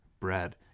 bread